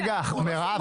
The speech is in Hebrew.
רגע, מירב.